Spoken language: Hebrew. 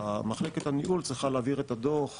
שמחלקת הניהול צריכה להעביר את הדו"ח